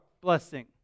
blessing